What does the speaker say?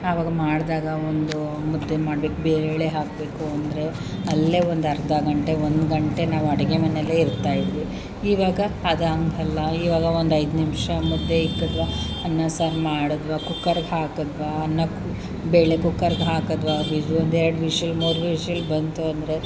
ಆವಾಗ ಮಾಡಿದಾಗ ಒಂದು ಮುದ್ದೆ ಮಾಡ್ಬೇಕು ಬೇಳೆ ಹಾಕಬೇಕು ಅಂದರೆ ಅಲ್ಲೇ ಒಂದರ್ಧ ಗಂಟೆ ಒಂದು ಗಂಟೆ ನಾವು ಅಡುಗೆ ಮನೆಯಲ್ಲೇ ಇರ್ತಾಯಿದ್ವಿ ಇವಾಗ ಅದು ಹಂಗಲ್ಲ ಇವಾಗ ಒಂದೈದು ನಿಮಿಷ ಮುದ್ದೆ ಇಕ್ಕದ್ವಾ ಅನ್ನ ಸಾರು ಮಾಡಿದ್ವಾ ಕುಕ್ಕರಿಗೆ ಹಾಕಿದ್ವಾ ಅನ್ನ ಕು ಬೇಳೆ ಕುಕ್ಕರಿಗೆ ಹಾಕಿದ್ವಾ ವಿಝಿ ಒಂದೆರಡು ವಿಝಿಲ್ ಮೂರು ವಿಝಿಲ್ ಬಂತು ಅಂದರೆ